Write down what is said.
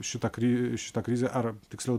šita kri šita krizė ar tiksliau